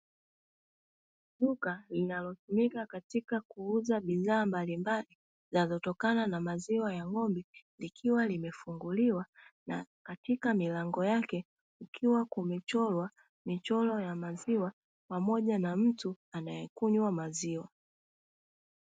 Duka linalotumika katika kuuza bidhaa mbalimbali zinazotokana na maziwa ya ng'ombe, likiwa limefunguliwa na katika milango yake kukiwa kumechorwa michoro ya maziwa na mtu anakunywa maziwa.